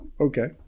Okay